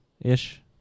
ish